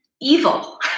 evil